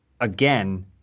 again